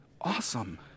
awesome